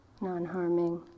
non-harming